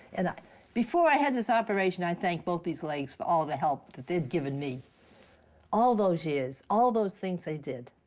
and before i had this operation, i thanked both these legs for all the help that they've given me all those years, all those things they did,